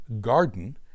Garden